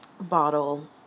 bottle